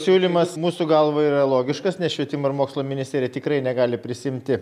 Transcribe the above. siūlymas mūsų galva yra logiškas nes švietimo ir mokslo ministerija tikrai negali prisiimti